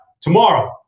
tomorrow